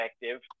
effective